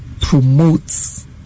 promotes